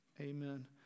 Amen